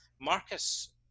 Marcus